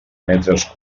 metres